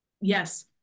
Yes